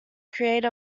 create